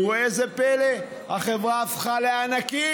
וראה זה פלא, החברה הפכה לענקית,